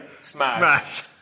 smash